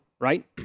right